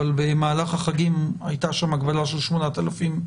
אבל במהלך החגים הייתה שם הגבלה של 8,000 נפש.